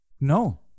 No